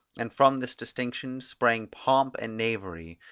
and from this distinction sprang pomp and knavery,